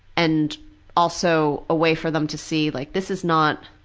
and also a way for them to see, like this is not,